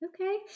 Okay